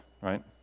right